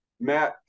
Matt